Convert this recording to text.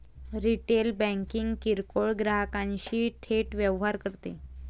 retail banking किरकोळ ग्राहकांशी थेट व्यवहार करते